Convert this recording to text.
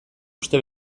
uste